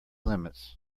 limits